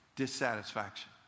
dissatisfaction